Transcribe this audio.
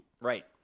Right